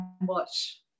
watch